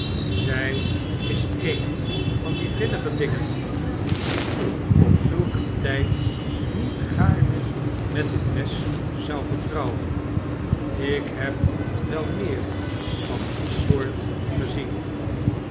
zij is een van die vinnige dmgen die ik op zulk een tijd niet gaarne met een mes zou vertrouwen ik heb wel meer van die soort gezien